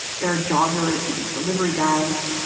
there are jogger's and delivery guys.